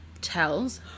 tells